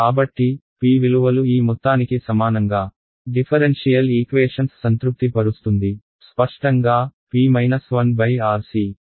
కాబట్టి P విలువలు ఈ మొత్తానికి సమానంగా డిఫరెన్షియల్ ఈక్వేషన్స్ సంతృప్తి పరుస్తుంది స్పష్టంగా p 1 RC